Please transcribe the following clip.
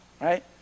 right